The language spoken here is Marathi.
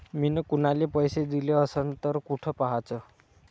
मिन कुनाले पैसे दिले असन तर कुठ पाहाचं?